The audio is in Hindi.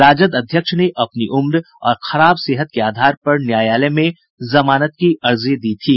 राजद अध्यक्ष ने अपनी उम्र और खराब सेहत के आधार पर न्यायालय में जमानत की अर्जी दी थी